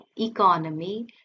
economy